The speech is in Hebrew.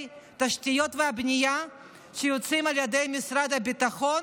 התשתיות והבנייה שיוצאים על ידי משרד הביטחון,